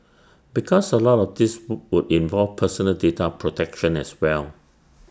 because A lot of this wood would involve personal data protection as well